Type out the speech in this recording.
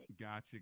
Gotcha